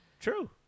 True